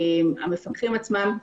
המפקחים עצמם,